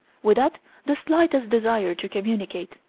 without the slightest desire to communicate,